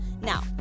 Now